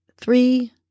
three